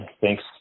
thanks